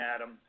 Adam